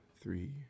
three